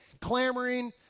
clamoring